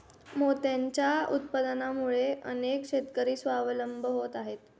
मोत्यांच्या उत्पादनामुळे अनेक शेतकरी स्वावलंबी होत आहेत